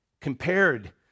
compared